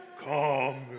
come